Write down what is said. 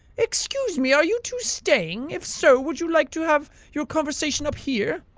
excuse me, are you two staying? if so, would you like to have your conversation up here?